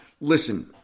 Listen